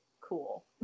cool